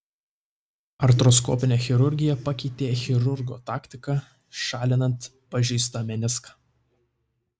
artroskopinė chirurgija pakeitė chirurgo taktiką šalinant pažeistą meniską